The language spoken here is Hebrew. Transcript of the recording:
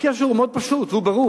הקשר הוא מאוד פשוט וברור,